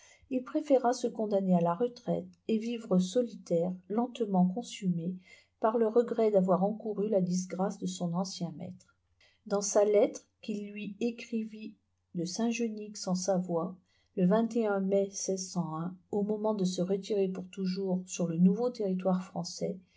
il préféra se condamner à la retraite et vivre solitaire lentement consumé par le regret d'avoir encouru la disgrâce de son ancien maître dans la lettre qu'il lui écrivit de saint genix en savoie le mai au moment de se retirer pour toujours sur le nouveau territoire français